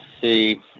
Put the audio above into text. See